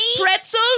Pretzel